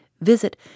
Visit